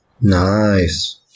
Nice